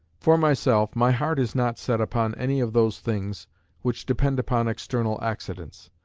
for myself, my heart is not set upon any of those things which depend upon external accidents.